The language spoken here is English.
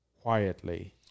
quietly